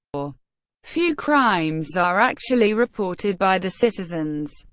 ah few crimes are actually reported by the citizens.